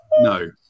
No